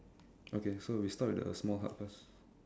okay so we start with the small hut first